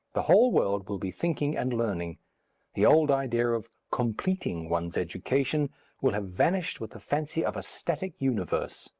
the whole world will be thinking and learning the old idea of completing one's education will have vanished with the fancy of a static universe